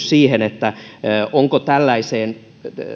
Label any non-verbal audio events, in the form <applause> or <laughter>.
<unintelligible> siihen liittyvä kysymys että onko tällaiseen